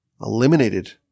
eliminated